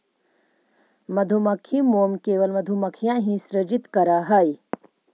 मधुमक्खी मोम केवल मधुमक्खियां ही सृजित करअ हई